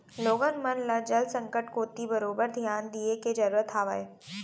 लोगन मन ल जल संकट कोती बरोबर धियान दिये के जरूरत हावय